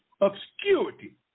obscurity